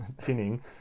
tinning